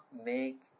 make